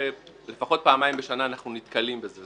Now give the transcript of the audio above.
לפחות פעמיים בשנה אנחנו נתקלים בזה.